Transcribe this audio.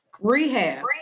Rehab